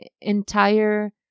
entire